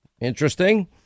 interesting